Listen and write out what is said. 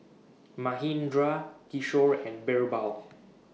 Manindra Kishore and Birbal